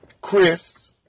Chris